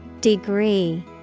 degree